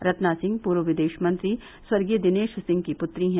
रत्ना सिंह पूर्व विदेश मंत्री स्वर्गीय दिनेश सिंह की पुत्री हैं